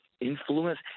influence